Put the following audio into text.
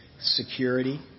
security